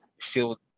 feel